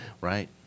Right